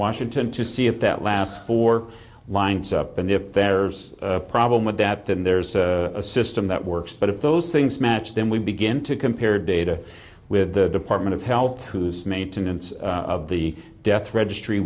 washington to see it that last four lines up and if there's a problem with that then there's a system that works but if those things match then we begin to compare data with the department of health who is maintenance of the death registry